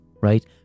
right